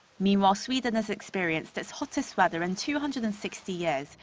meanwhile, sweden has experienced its hottest weather in two hundred and sixty years.